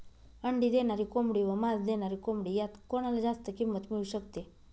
अंडी देणारी कोंबडी व मांस देणारी कोंबडी यात कोणाला जास्त किंमत मिळू शकते?